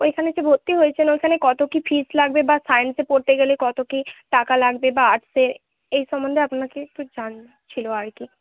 ওইখানে যে ভর্তি হয়েছেন ওইখানে কত কী ফিজ লাগবে বা সায়েন্সে পড়তে গেলে কত কী টাকা লাগবে বা আর্টসে এই সম্বন্ধে আপনাকে একটু জানার ছিল আর কি